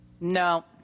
No